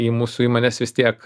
į mūsų įmones vis tiek